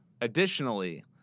additionally